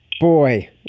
Boy